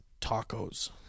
tacos